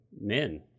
men